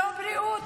לא בריאות,